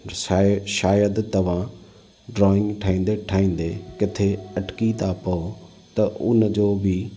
साए शायदि तव्हां ड्रॉईंग ठाहींदे ठाहींदे किथे अटकी था पओ त हुनजो बि